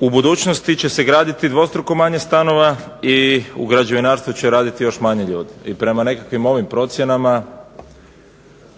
U budućnosti će se graditi dvostruko manje stanova i u građevinarstvu će raditi još manje ljudi. I prema nekim mojim procjenama